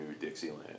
Dixieland